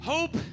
Hope